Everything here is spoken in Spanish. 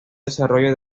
desarrollo